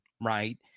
right